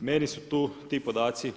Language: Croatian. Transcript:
Meni su tu ti podaci